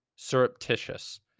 surreptitious